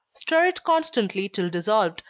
stir it constantly till dissolved,